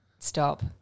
Stop